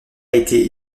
été